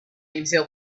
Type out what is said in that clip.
himself